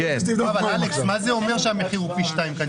יש מחקר האם הציבור למרות המס ימשיך לצרוך את המשקאות המתוקים או לא?